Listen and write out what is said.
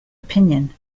opinion